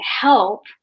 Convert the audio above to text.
help